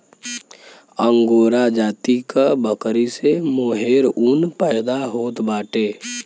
angora जाति क बकरी से मोहेर ऊन पैदा होत बाटे